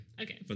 Okay